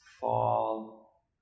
fall